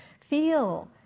feel